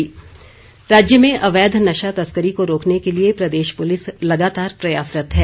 police राज्य में अवैध नशा तस्करी को रोकने के लिए प्रदेश पुलिस लगातार प्रयासरत है